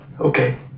Okay